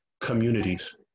communities